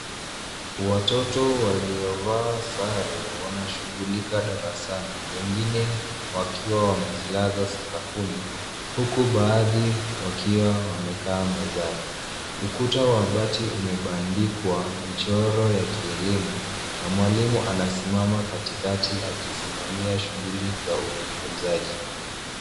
Watoto waliovaa sare wanashughulika darasani wengine wakiwa wamejilaza sakafuni huku baadhi wakiwa wamekaa mezani. Ukuta wa bati umebandikwa michoro ya kielimu na mwalimu anasimama katikati akisimamia shughuli za ujifunzaji.